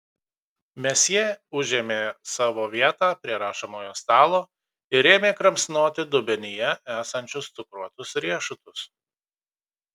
mesjė užėmė savo vietą prie rašomojo stalo ir ėmė kramsnoti dubenyje esančius cukruotus riešutus